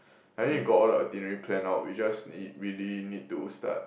I mean we got all the itinerary plan out we just really really need to start